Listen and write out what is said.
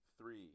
Three